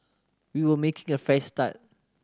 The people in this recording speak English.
we were making a fresh start